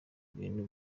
bintu